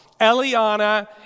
Eliana